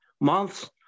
months